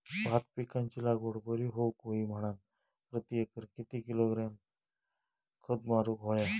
भात पिकाची लागवड बरी होऊक होई म्हणान प्रति एकर किती किलोग्रॅम खत मारुक होया?